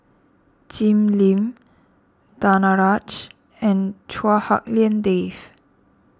Jim Lim Danaraj and Chua Hak Lien Dave